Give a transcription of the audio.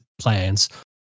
plans